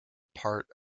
part